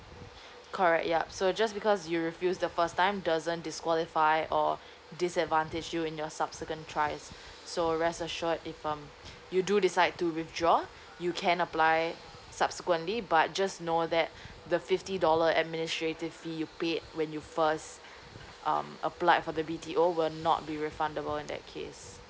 correct yup so just because you refuse the first time doesn't disqualify or disadvantage you in your subsequent tries so rest assured if um you do decide to withdraw you can apply subsequently but just know that the fifty dollar administrative fee you pay when you first um applied for the B_T_O will not be refundable in that case